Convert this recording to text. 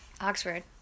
Oxford